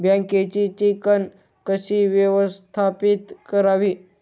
बँकेची चिकण कशी व्यवस्थापित करावी?